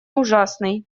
ужасный